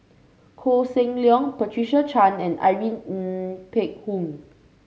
Koh Seng Leong Patricia Chan and Irene Ng Phek Hoong